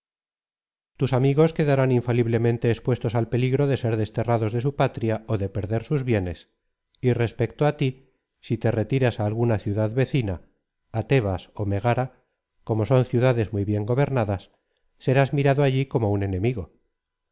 tus amigos quedarán infaliblemente expuestos al peligro de ssr desterrados de su patria ó de perder sus bienes y res pecto á tí si te retiras á alguna ciudad vecina á tebas ó megara como son ciudades muy bien gobernadas serás mirado allí como un enemigo